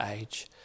age